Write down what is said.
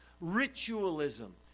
ritualism